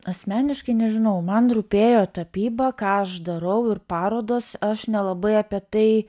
asmeniškai nežinau man rūpėjo tapyba ką aš darau ir parodos aš nelabai apie tai